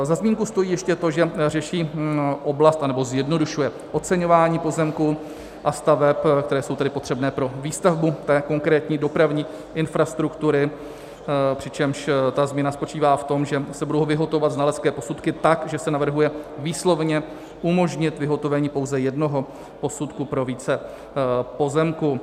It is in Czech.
Za zmínku stojí ještě to, že řeší oblast, anebo zjednodušuje, oceňování pozemků a staveb, které jsou tedy potřebné pro výstavbu té konkrétní dopravní infrastruktury, přičemž ta změna spočítá v tom, že se budou vyhotovovat znalecké posudky tak, že se navrhuje výslovně umožnit vyhotovení pouze jednoho posudku pro více pozemků.